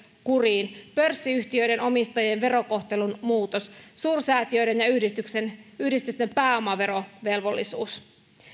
kuriin pörssiyhtiöiden omistajien verokohtelun muutos suursäätiöiden ja yhdistysten yhdistysten pääomaverovelvollisuus